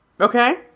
Okay